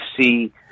see